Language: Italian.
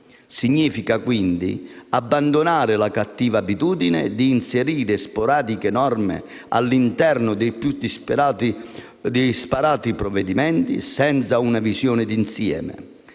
significa, quindi, abbandonare la cattiva abitudine di inserire sporadiche norme all'interno dei più disparati provvedimenti, senza una visione d'insieme,